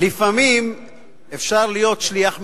לפעמים אפשר להיות שליח מצווה.